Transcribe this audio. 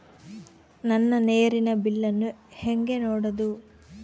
ನನ್ನ ನೇರಿನ ಬಿಲ್ಲನ್ನು ಹೆಂಗ ನೋಡದು?